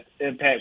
impact